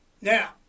Now